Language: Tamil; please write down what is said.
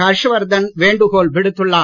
ஹர்ஷ்வர்தன் வேண்டுகோள் விடுத்துள்ளார்